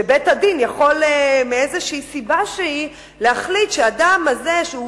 שבית-הדין יכול מסיבה כלשהי להחליט שהאדם הזה,